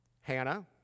Hannah